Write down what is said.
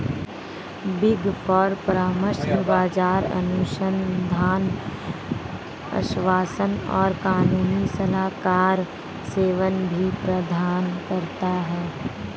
big four परामर्श, बाजार अनुसंधान, आश्वासन और कानूनी सलाहकार सेवाएं भी प्रदान करता है